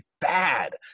bad